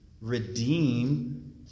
redeem